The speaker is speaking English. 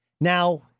Now